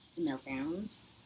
meltdowns